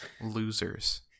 losers